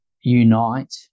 unite